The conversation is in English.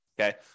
Okay